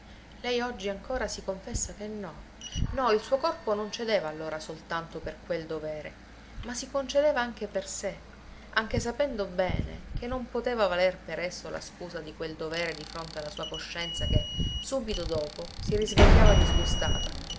lei oggi ancora si confessa che no no il suo corpo non cedeva allora soltanto per quel dovere ma si concedeva anche per sé anche sapendo bene che non poteva valer per esso la scusa di quel dovere di fronte alla sua coscienza che subito dopo si risvegliava disgustata